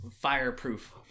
fireproof